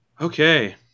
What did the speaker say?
Okay